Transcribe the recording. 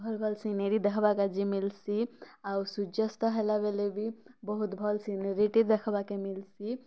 ଭଲ୍ ଭଲ୍ ସିନେରୀ ଦେଖ୍ବାକେ ଯେ ମିଲ୍ସି ଆଉ ସୂର୍ଯ୍ୟ ଅସ୍ତ ହେଲାବେଲେ ବି ବହୁତ୍ ଭଲ୍ ସିନେରୀଟେ ଦେଖିବାକେ ମିଲିସି୍